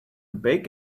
big